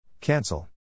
Cancel